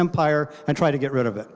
empire and try to get rid of it